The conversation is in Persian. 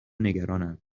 نگرانند